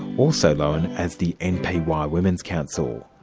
also known as the npy ah women's council.